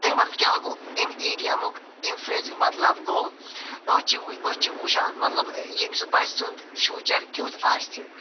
امیُک مَطلَب کیاہ گوٚو امہِ ایٖڈیَمُک امہِ فریزُک مَطلَب گۄٚو أسۍ چھِ مَطلَب أسۍ چھِ وٕچھان ییٚمس بَچہِ سُنٛد فیوٗچَر کیُتھ آسہِ